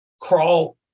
crawl